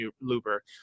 Looper